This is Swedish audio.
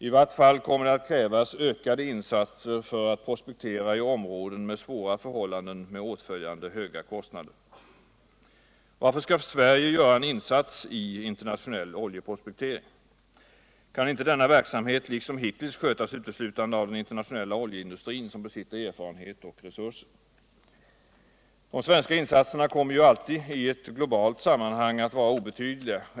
I vart fall kommer det att krävas ökade insatser för att prospektera i områden med svåra förhållanden och åtföljande höga kostnader. Varför skall Sverige göra en insats i internationell oljeprospektering? Kan inte denna verksamhet liksom hittills skötas uteslutande av den internationella oljeindustrin, som besitter erfarenhet och resurser? De svenska insatserna kommer ju alltid i globalt sammanhang att vara obetydliga.